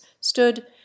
stood